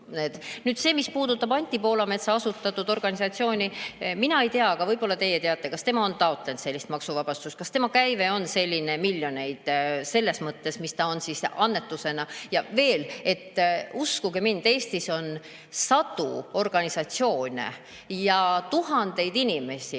mis puudutab Anti Poolametsa asutatud organisatsiooni – mina ei tea, aga võib-olla te teate, kas tema on taotlenud sellist maksuvabastust ja kas tema käive on selline, miljonid, selles mõttes, mis ta on annetustena kogunud. Ja veel, uskuge mind, Eestis on sadu organisatsioone ja tuhandeid inimesi,